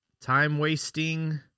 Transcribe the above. time-wasting